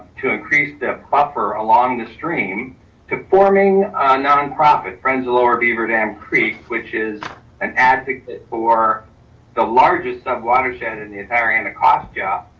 to increase the buffer along the stream to forming a nonprofit friends, lower beaver dam creek, which is an advocate for the largest sub watershed in the entire and costa. ah